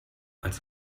als